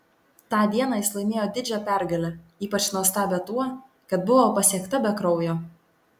tą dieną jis laimėjo didžią pergalę ypač nuostabią tuo kad buvo pasiekta be kraujo